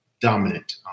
Dominant